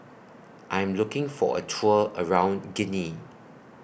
I Am looking For A Tour around Guinea